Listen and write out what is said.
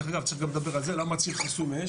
דרך אגב, צריך גם לדבר על זה, למה ציר חסום אש?